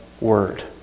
Word